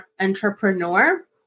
entrepreneur